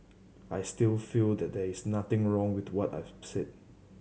I still feel that there is nothing wrong with what I've said